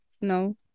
No